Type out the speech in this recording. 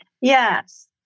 Yes